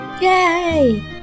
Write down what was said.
Yay